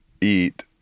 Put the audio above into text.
eat